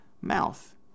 mouth